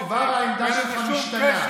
אז פה כבר העמדה שלך משתנה,